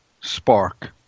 Spark